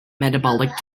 metabolic